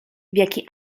jaki